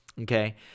okay